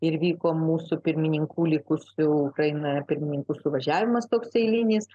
ir vyko mūsų pirmininkų likusių ukrainoj pirmininkų suvažiavimas toks eilinis